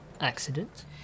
Accident